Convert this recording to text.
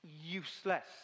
useless